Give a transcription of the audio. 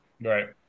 Right